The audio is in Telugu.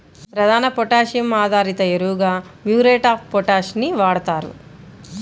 ప్రధాన పొటాషియం ఆధారిత ఎరువుగా మ్యూరేట్ ఆఫ్ పొటాష్ ని వాడుతారు